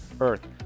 Earth